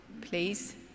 please